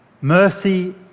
Mercy